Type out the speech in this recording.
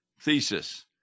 thesis